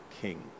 King